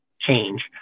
change